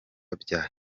bya